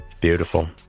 beautiful